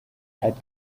had